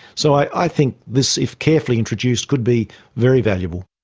so i think this, if carefully introduced, could be very valuable.